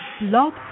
Love